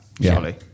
surely